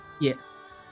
yes